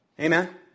Amen